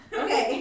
okay